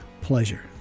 pleasure